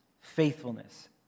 faithfulness